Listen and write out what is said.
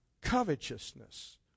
covetousness